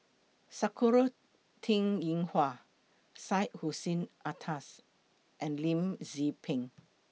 Sakura Teng Ying Hua Syed Hussein Alatas and Lim Tze Peng